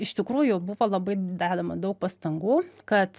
iš tikrųjų buvo labai dedama daug pastangų kad